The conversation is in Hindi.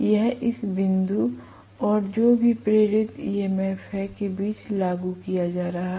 यह इस बिंदु और जो भी प्रेरित ईएमएफ है के बीच लागू किया जा रहा है